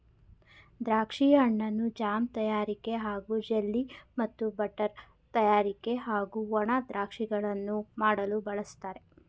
ದ್ರಾಕ್ಷಿ ಹಣ್ಣನ್ನು ಜಾಮ್ ತಯಾರಿಕೆ ಹಾಗೂ ಜೆಲ್ಲಿ ಮತ್ತು ಬಟರ್ ತಯಾರಿಕೆ ಹಾಗೂ ಒಣ ದ್ರಾಕ್ಷಿಗಳನ್ನು ಮಾಡಲು ಬಳಸ್ತಾರೆ